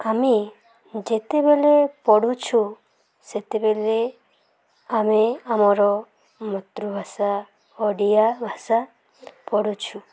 ଆମେ ଯେତେବେଲେ ପଢ଼ୁଛୁ ସେତେବେଲେ ଆମେ ଆମର ମାତୃଭାଷା ଓଡ଼ିଆ ଭାଷା ପଢ଼ୁଛୁ